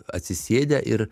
atsisėdę ir